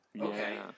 okay